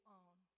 own